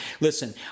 Listen